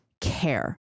care